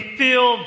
feel